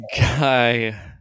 guy